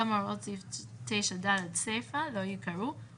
אבל אנחנו אכן בסיטואציה מאוד מאוד קשה.